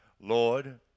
Lord